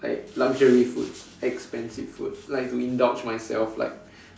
like luxury food expensive food like to indulge myself like